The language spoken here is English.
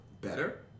better